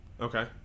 Okay